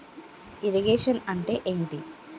Irrigation అంటే ఏంటీ?